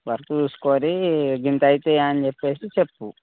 work చూసుకొని ఇంత అవుతాయని చెప్పేసి చెప్పు